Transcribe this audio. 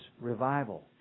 revival